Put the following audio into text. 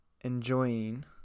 enjoying